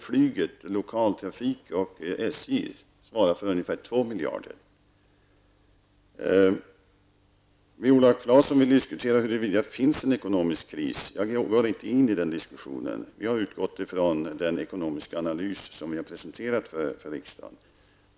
flyg, lokaltrafiktrafik och SJ, svarar för ungefär 2 Viola Claesson vill diskutera huruvida det finns en ekonomisk kris. Vi har aldrig varit inne i den diskussionen, utan vi har utgått från den ekonomiska analys som vi har presenterat för riksdagen.